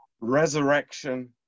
resurrection